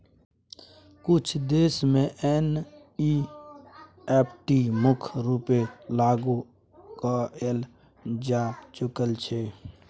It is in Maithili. किछ देश मे एन.इ.एफ.टी मुख्य रुपेँ लागु कएल जा चुकल छै